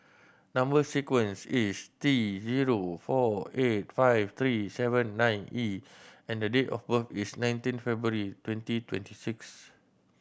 number sequence is T zero four eight five three seven nine E and date of birth is nineteen February twenty twenty six